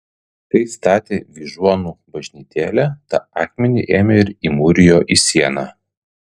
kai statė vyžuonų bažnytėlę tą akmenį ėmė ir įmūrijo į sieną